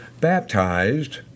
baptized